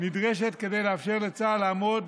נדרשת כדי לאפשר לצה"ל לעמוד